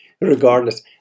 regardless